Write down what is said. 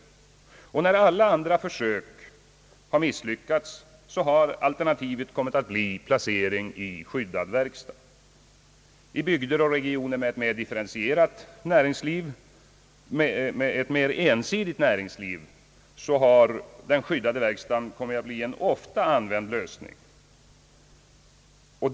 När alla andra försök har misslyckats har alternativet kommit att bli placering på skyddad verkstad. I bygder och regioner med mera ensidigt näringsliv har den skyddade verkstaden kommit att bli en ofta använd lösning.